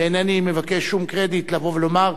ואינני מבקש שום קרדיט לבוא ולומר,